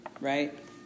right